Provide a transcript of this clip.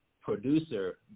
producer